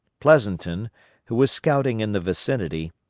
pleasonton, who was scouting in the vicinity,